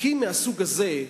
החוקים מהסוג הזה,